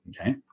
Okay